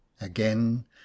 Again